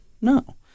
No